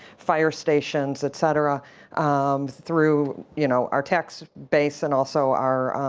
fire stations, etcetera through, you know our tax base and also our,